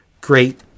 great